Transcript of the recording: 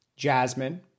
Jasmine